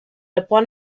upon